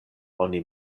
oni